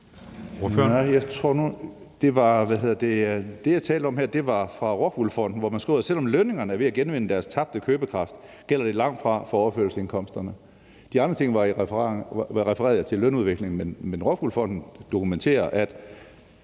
det, jeg talte om her, var fra ROCKWOOL Fonden, hvor man skriver: »Selvom lønningerne er ved at genvinde den tabte købekraft, gælder dette langt fra overførselsindkomsterne.« Ved de andre ting refererede jeg til lønudviklingen, men ROCKWOOL Fonden dokumenterer, at